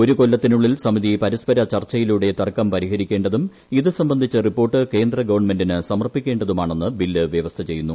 ഒരു കൊല്ലത്തിനുളളിൽ സമിതി പരസ്പര ചർച്ചയിലൂടെ തർക്കം പരിഹരിക്കേണ്ടതും ഇതു സംബന്ധിച്ച റിപ്പോർട്ട് കേന്ദ്ര ഗവൺമെന്റിന് സമർപ്പിക്കേണ്ടതുമാണെന്ന് ബില്ല് വ്യവസ്ഥ ചെയ്യുന്നു